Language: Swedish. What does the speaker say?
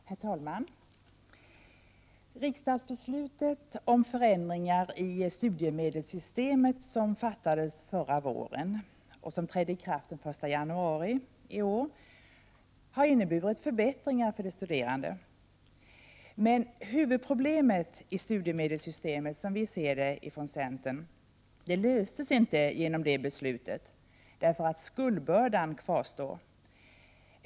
Herr talman! Det riksdagsbeslut om förändringar i studiemedelssystemet som fattades förra våren och som trädde i kraft den 1 januari i år har inneburit förbättringar för de studerande. Huvudproblemet i studiemedelssystemet löstes dock inte genom det beslutet, som vi ser det från centern. Skuldbördan kvarstår nämligen.